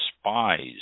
Spies